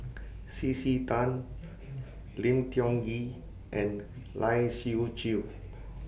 C C Tan Lim Tiong Ghee and Lai Siu Chiu